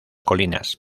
colinas